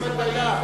איזה מדע?